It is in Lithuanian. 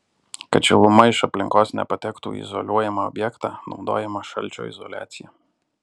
kad šiluma iš aplinkos nepatektų į izoliuojamą objektą naudojama šalčio izoliacija